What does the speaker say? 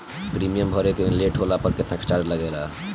Premium भरे मे late होला पर केतना चार्ज लागेला?